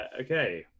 Okay